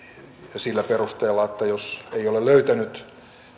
sillä perusteella että jos ei ole löytänyt